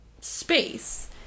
space